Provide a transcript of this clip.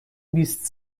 بیست